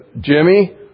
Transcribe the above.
Jimmy